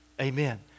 Amen